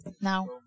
now